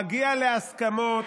מגיע להסכמות,